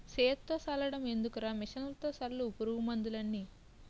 సేత్తో సల్లడం ఎందుకురా మిసన్లతో సల్లు పురుగు మందులన్నీ